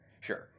Sure